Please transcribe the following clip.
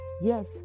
Yes